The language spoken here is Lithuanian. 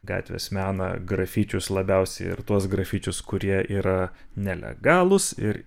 gatvės meną grafičius labiausiai ir tuos grafičius kurie yra nelegalūs ir